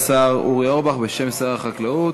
עונה השר אורי אורבך, בשם שר החקלאות.